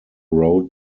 road